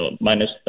Minus